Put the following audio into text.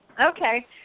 Okay